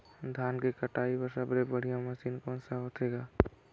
धान के कटाई बर सबले बढ़िया मशीन कोन सा होथे ग?